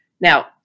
Now